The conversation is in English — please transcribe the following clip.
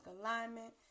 Alignment